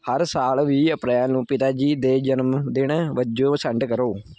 ਹਰ ਸਾਲ ਵੀਹ ਅਪ੍ਰੈਲ ਨੂੰ ਪਿਤਾ ਜੀ ਦੇ ਜਨਮਦਿਨ ਵਜੋਂ ਸੈਂਡ ਕਰੋ